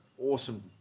awesome